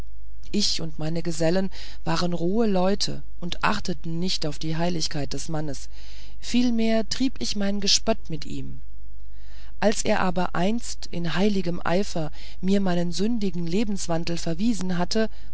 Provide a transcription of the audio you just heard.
ich und meine gesellen waren rohe leute und achteten nicht auf die heiligkeit des mannes vielmehr trieb ich mein gespött mit ihm als er aber einst in heiligem eifer mir meinen sündigen lebenswandel verwiesen hatte